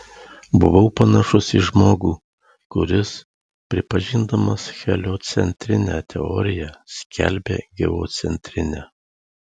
buvau panašus į žmogų kuris pripažindamas heliocentrinę teoriją skelbia geocentrinę